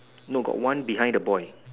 no got one behind the boy